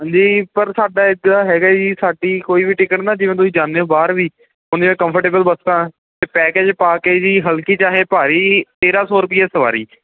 ਹਾਂਜੀ ਪਰ ਸਾਡਾ ਇੱਦਾਂ ਹੈਗਾ ਜੀ ਸਾਡੀ ਕੋਈ ਵੀ ਟਿਕਟ ਨਾ ਜਿਵੇਂ ਤੁਸੀਂ ਜਾਂਦੇ ਹੋ ਬਾਹਰ ਵੀ ਉਨੇ ਦਾ ਕੰਫਰਟੇਬਲ ਬੱਸਾਂ ਅਤੇ ਪੈਕੇਜ ਪਾ ਕੇ ਜੀ ਹਲਕੀ ਚਾਹੇ ਭਾਰੀ ਤੇਰ੍ਹਾਂ ਸੌ ਰੁਪਇਆ ਸਵਾਰੀ